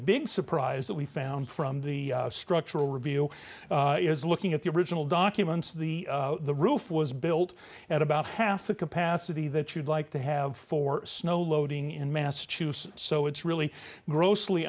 big surprise that we found from the structural review is looking at the original documents the the roof was built at about half the capacity that you'd like to have for snow loading in massachusetts so it's really grossly